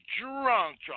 drunk